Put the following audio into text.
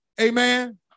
Amen